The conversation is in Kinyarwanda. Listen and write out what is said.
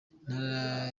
intara